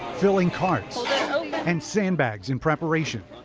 filling carts and sandbags in preparations.